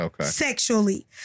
sexually